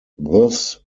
thus